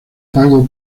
pago